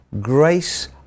grace